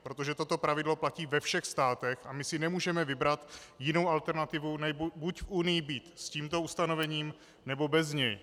Protože toto pravidlo platí ve všech státech a my si nemůžeme vybrat jinou alternativu, než buď v Unii být s tímto ustanovením, nebo bez něj.